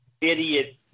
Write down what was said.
idiot